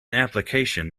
application